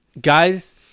guys